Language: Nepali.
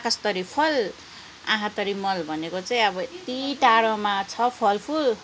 आकाश तरी फल आँखा तरी मल भनेको चाहिँ अब यत्ति टाढोमा छ फलफुल